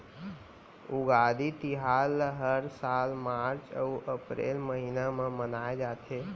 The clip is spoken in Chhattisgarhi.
उगादी तिहार ल हर साल मार्च अउ अपरेल महिना म मनाए जाथे